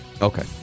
Okay